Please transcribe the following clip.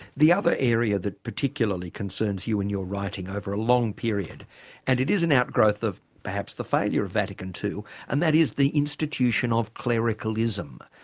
the other area that particularly concerns you and your writing over a long period and it is an outgrowth of perhaps the failure of vatican ii and that is the institution of clericalism.